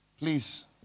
please